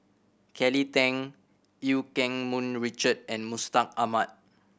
Kelly Tang Eu Keng Mun Richard and Mustaq Ahmad